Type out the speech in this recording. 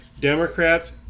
Democrats